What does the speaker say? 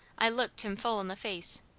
i looked him full in the face,